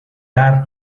dar